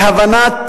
להבנת